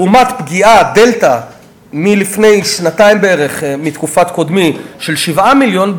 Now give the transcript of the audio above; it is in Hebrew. לעומת פגיעה דלתא מלפני שנתיים בערך מתקופת קודמי של 7 מיליון,